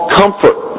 comfort